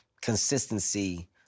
consistency